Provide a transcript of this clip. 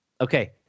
Okay